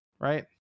right